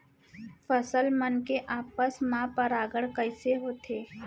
फसल मन के आपस मा परागण कइसे होथे?